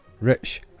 rich